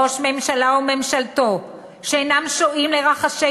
ראש ממשלה וממשלתו שאינם שומעים לרחשי